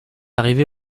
arrivé